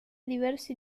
diversi